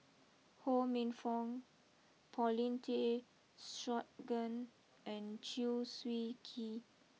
Ho Minfong Paulin Tay Straughan and Chew Swee Kee